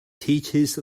teaches